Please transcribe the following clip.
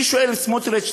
אני שואל את סמוטריץ,